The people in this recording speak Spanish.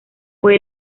fue